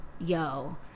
yo